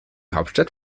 hauptstadt